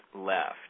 left